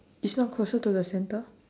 it's not closer to the center